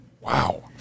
Wow